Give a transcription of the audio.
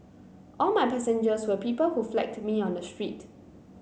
all my passengers were people who flagged me on the street